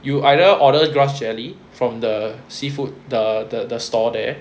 you either order grass jelly from the seafood the the store there